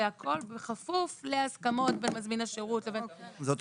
והכל בכפוף להסכמות בין מזמין השירות לבין --- זה אותו דבר.